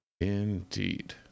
Indeed